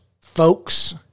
folks